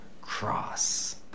cross